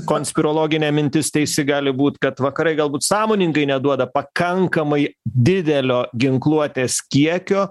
konspirologinė mintis teisi gali būt kad vakarai galbūt sąmoningai neduoda pakankamai didelio ginkluotės kiekio